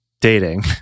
Dating